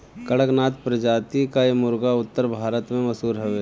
कड़कनाथ प्रजाति कअ मुर्गा उत्तर भारत में मशहूर हवे